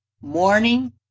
Morning